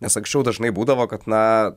nes anksčiau dažnai būdavo kad na